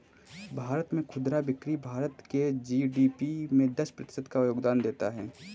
भारत में खुदरा बिक्री भारत के जी.डी.पी में दस प्रतिशत का योगदान देता है